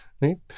Right